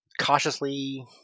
cautiously